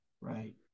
Right